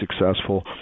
successful